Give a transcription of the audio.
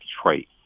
Detroit